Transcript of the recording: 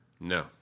No